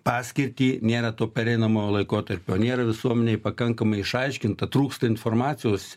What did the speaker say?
paskirtį nėra to pereinamojo laikotarpio nėra visuomenei pakankamai išaiškinta trūksta informacijos